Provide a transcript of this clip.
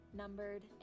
numbered